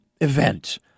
event